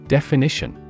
Definition